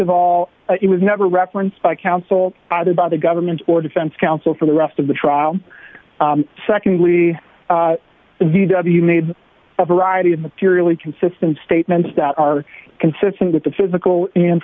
of all it was never referenced by counsel either by the government or defense counsel for the rest of the trial secondly the v w made a variety of materially consistent statements that are consistent with the physical and